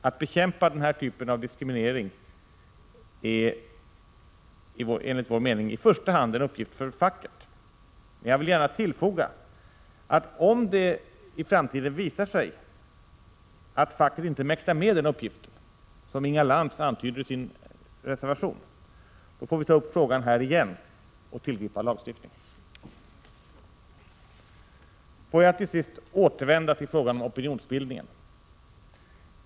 Att bekämpa den typen av diskriminering är i första hand en uppgift för facket, men jag vill gärna tillfoga att om det i framtiden visar sig att facket inte mäktar med den uppgiften, som Inga Lantz antyder i sin reservation, får vi ta upp frågan här igen och tillgripa lagstiftning. Får jag till sist återvända till frågan om opinionsbildningen.